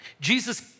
Jesus